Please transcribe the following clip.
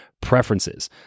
preferences